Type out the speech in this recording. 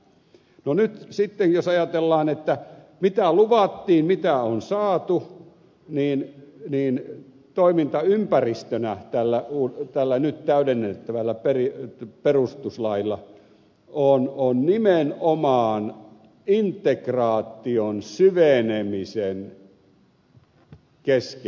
no nyt sitten jos ajatellaan mitä luvattiin mitä on saatu niin toimintaympäristönä tällä nyt täydennettävällä perustuslailla on nimenomaan integraation syvenemisen keskellä eläminen